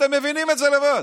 אתם מבינים את זה לבד.